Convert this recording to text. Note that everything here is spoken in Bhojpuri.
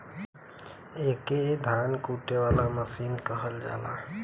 एके धान कूटे वाला मसीन कहल जाला